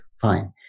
fine